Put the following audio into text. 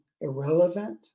irrelevant